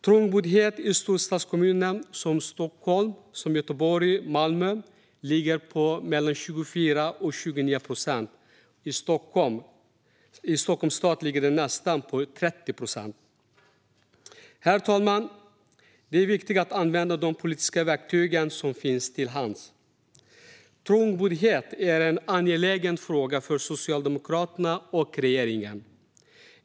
Trångboddheten i storstadskommuner som Stockholm, Göteborg och Malmö ligger på 24-29 procent, och i Stockholms stad ligger den på nästan 30 procent. Herr talman! Det är viktigt att använda de politiska verktyg som finns till hands. Trångboddhet är en angelägen fråga för Socialdemokraterna och regeringen.